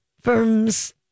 Firms